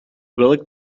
welk